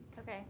Okay